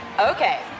Okay